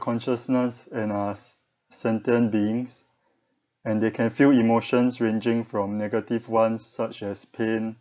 consciousness and are sentient beings and they can feel emotions ranging from negative ones such as pain